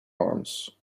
arms